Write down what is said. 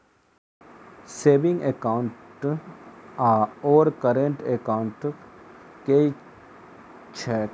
Saving account आओर current account की छैक?